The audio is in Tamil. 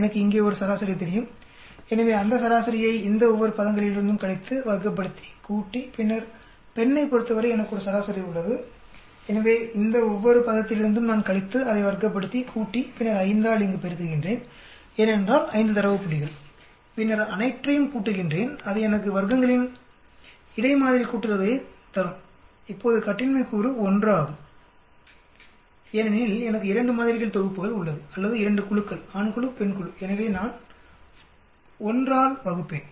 எனக்கு இங்கே ஒரு சராசரி தெரியும் எனவே அந்த சராசரியை இந்த ஒவ்வொரு பதங்களிலிருந்தும் கழித்து வர்க்கப்படுத்தி கூட்டி பின்னர் பெண்ணைப் பொறுத்தவரை எனக்கு ஒரு சராசரி உள்ளது எனவே இந்த ஒவ்வொரு பதத்திலிருந்தும் நான் கழித்து அதை வர்க்கப்படுத்தி கூட்டி பின்னர் 5 ஆல் இங்கு பெருக்குகின்றேன் ஏனென்றால் 5 தரவு புள்ளிகள் பின்னர் அனைற்றையும் கூட்டுகின்றேன் அது எனக்கு வர்க்கங்களின் இடை மாதிரி கூட்டுத்தொகையைத் தரும் இப்போது கட்டின்மை கூறு 1 ஆகும் ஏனெனில் எனக்கு 2 மாதிரிகள் தொகுப்புகள் உள்ளது அல்லது 2 குழுக்கள் ஆண் குழு பெண் குழு எனவே நான் 1 ஆல் வகுப்பேன்